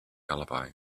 alibi